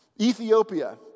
Ethiopia